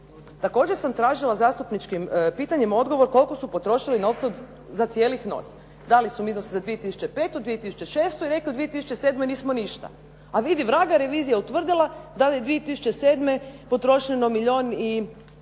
Također sam tražila zastupničkim pitanjem odgovor koliko su potrošili novca za cijeli HNOS. Dali su mi iznos za 2005., 2006. i rekli u 2007. nismo ništa. A vidi vraga, revizija utvrdila da je 2007. potrošeno milijun i